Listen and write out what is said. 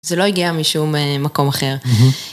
זה לא הגיע משום מקום אחר.